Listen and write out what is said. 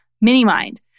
mini-mind